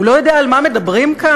הוא לא יודע על מה מדברים כאן?